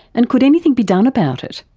and could anything be done about it?